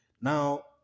Now